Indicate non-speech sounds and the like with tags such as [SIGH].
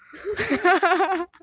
[LAUGHS]